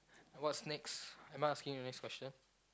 what's next am I asking you the next question